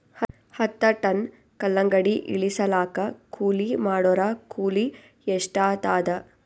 ಹತ್ತ ಟನ್ ಕಲ್ಲಂಗಡಿ ಇಳಿಸಲಾಕ ಕೂಲಿ ಮಾಡೊರ ಕೂಲಿ ಎಷ್ಟಾತಾದ?